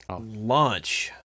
Launch